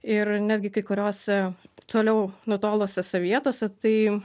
ir netgi kai kuriose toliau nutolusiose vietose tai